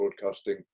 broadcasting